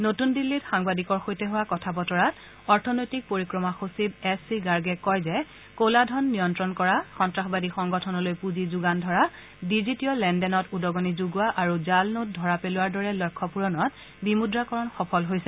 নতুন দিল্লীত সাংবাদিক সৈতে হোৱা কথা বতৰাত অৰ্থনৈতিক পৰিক্ৰমা সচিব এছ চি গাৰ্গে কয় যে কলা ধন নিয়ন্ত্ৰণ কৰা সন্তাসবাদী সংগঠনলৈ পুঁজি যোগান বন্ধ কৰা ডিজিটিয় লেনদেনত উদগনি যুগুৱা আৰু জালি নোট ধৰা পেলোৱাৰ দৰে লক্ষ্য পূৰণত বিমুদ্ৰাকৰণ সফল হৈছে